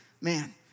man